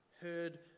heard